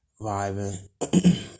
vibing